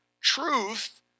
truth